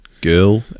girl